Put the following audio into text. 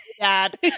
Dad